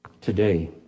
today